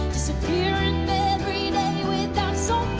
disappearing every day without so